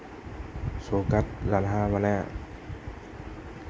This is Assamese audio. চৌকাত ৰন্ধা মানে